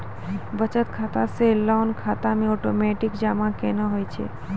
बचत खाता से लोन खाता मे ओटोमेटिक जमा केना होय छै?